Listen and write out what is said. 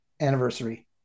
anniversary